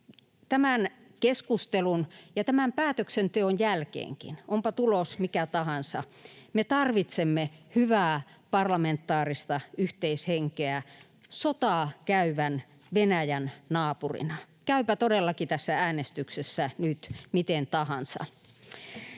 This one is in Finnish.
tämän keskustelun ja tämän päätöksenteon jälkeenkin, onpa tulos mikä tahansa, me tarvitsemme hyvää parlamentaarista yhteishenkeä sotaa käyvän Venäjän naapurina — käypä todellakin tässä äänestyksessä nyt miten tahansa.